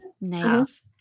Nice